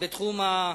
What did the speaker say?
בתחום